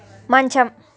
మంచం